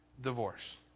divorce